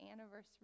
anniversary